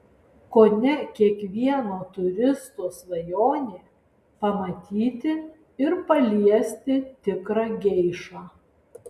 kone kiekvieno turisto svajonė pamatyti ir paliesti tikrą geišą